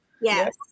Yes